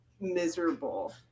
miserable